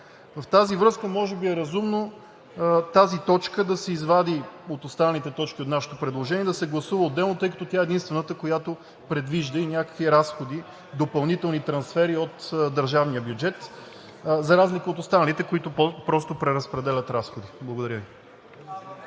В тази връзка може би е разумно тази точка да се извади от останалите точки от нашето предложение, да се гласува отделно, тъй като тя е единствената, която предвижда и някакви разходи, допълнителни трансфери от държавния бюджет, за разлика от останалите, които просто преразпределят разходи. Благодаря Ви.